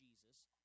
Jesus